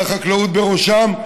והחקלאות בראשם,